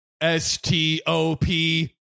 S-T-O-P